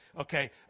Okay